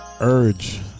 urge